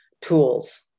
tools